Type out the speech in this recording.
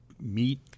meet